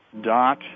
dot